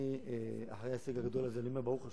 אני אחרי ההישג הגדול הזה אומר, ברוך השם,